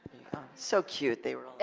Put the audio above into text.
so cute, they were all